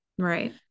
Right